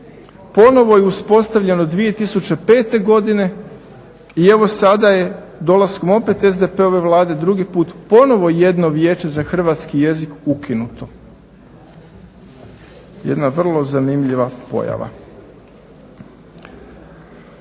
Ponovno je uspostavljeno 2005. godine i evo sada je dolaskom opet SDP-ove Vlade drugi put ponovno jedno Vijeće za hrvatski jezik ukinuto. Jedna vrlo zanimljiva pojava.